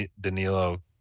Danilo